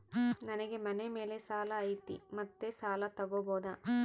ನನಗೆ ಮನೆ ಮೇಲೆ ಸಾಲ ಐತಿ ಮತ್ತೆ ಸಾಲ ತಗಬೋದ?